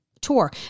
tour